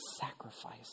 sacrifice